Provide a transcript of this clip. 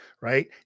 right